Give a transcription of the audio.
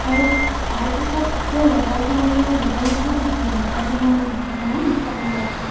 আৰু তাৰপিছত মোৰ লগৰ সমনীয়া দুজনীক মই মাতিলো আজি মই মাংস বনাম খাবলৈ আহাঁ